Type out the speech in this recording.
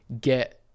get